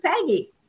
Peggy